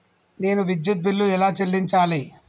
నేను విద్యుత్ బిల్లు ఎలా చెల్లించాలి?